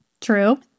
True